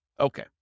Okay